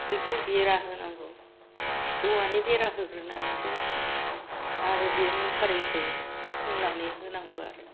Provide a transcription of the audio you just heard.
बेखौ बेरा होनांगौ औवानि बेरा होग्रोनानैसो आरो बे मुसारिखौ खोंनानै होनांगौ आरो